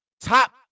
top